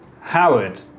Howard